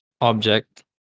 object